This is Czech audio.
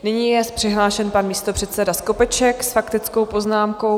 Nyní je přihlášen pan místopředseda Skopeček s faktickou poznámkou.